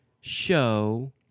show